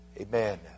Amen